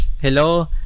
Hello